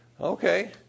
Okay